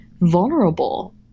vulnerable